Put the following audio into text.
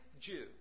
Jew